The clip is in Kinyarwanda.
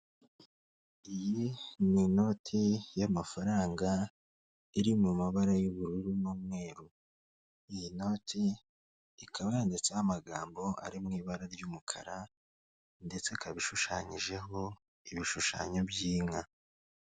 Iyi n'inoti y'amafaranga iri mu mabara y'ubururu n'umweru iyi noti ikaba yanditseho amagambo ari mu ibara ry'umukara, ndetse akaba ishushanyijeho ibishushanyo by'inka.